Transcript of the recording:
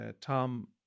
Tom